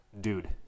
dude